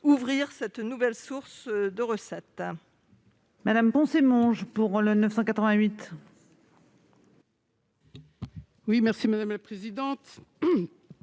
créer cette nouvelle source de recettes.